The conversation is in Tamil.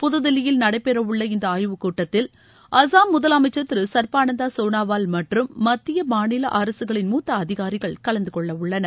புதுதில்லியில் நடைபெறவுள்ள இந்த ஆய்வுக் கூட்டத்தில் அஸ்ஸாம் முதலமைச்சர் திரு சர்பானந்தா சோனாவால் மற்றும் மத்திய மாநில அரசுகளின் மூத்த அதிகாரிகள் கலந்துகொள்ள உள்ளனர்